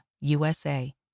USA